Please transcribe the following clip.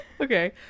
Okay